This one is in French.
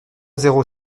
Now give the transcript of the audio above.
zéro